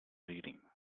reading